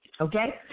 Okay